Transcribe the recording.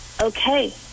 okay